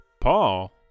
Paul